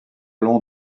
long